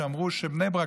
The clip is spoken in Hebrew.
שאמרו שבני ברק,